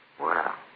Wow